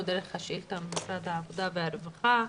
דרך השאילתה ממשרד העבודה והרווחה,